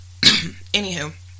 Anywho